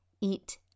eat